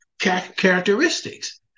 characteristics